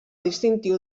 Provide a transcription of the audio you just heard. distintiu